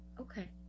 Okay